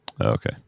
Okay